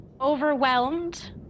overwhelmed